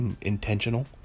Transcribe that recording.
intentional